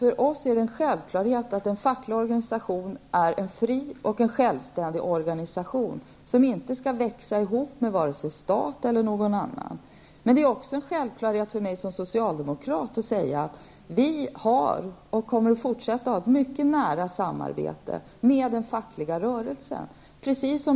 För oss är det en självklarhet att en facklig organisation är en fri och självständig organisation, som inte skall växa ihop med vare sig staten eller någon annan. Men för mig som socialdemokrat är det också en självklarhet att vi har och kommer att fortsätta att ha ett mycket nära samarbete med den fackliga rörelsen.